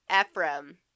Ephraim